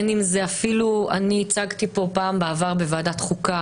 אני הצגתי פעם בעבר בוועדת החוקה